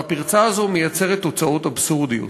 והפרצה הזאת מייצרת תוצאות אבסורדיות.